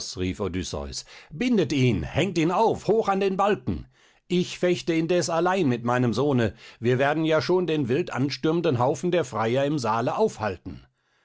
bindet ihn hängt ihn auf hoch an den balken ich fechte indes allein mit meinem sohne wir werden ja schon den wild anstürmenden haufen der freier im saale aufhalten